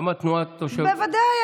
בוודאי,